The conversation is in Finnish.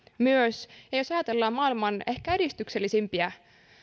myös ja jos ajatellaan maailman ehkä edistyksellisimpiä